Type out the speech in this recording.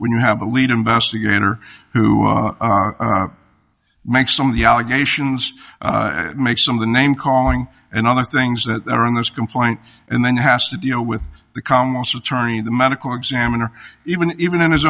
when you have a lead investigator who makes some of the allegations make some of the name calling and other things that are in this complaint and then has to deal with the commonwealth's attorney the medical examiner even even in his